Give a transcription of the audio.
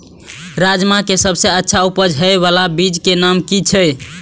राजमा के सबसे अच्छा उपज हे वाला बीज के नाम की छे?